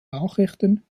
nachrichten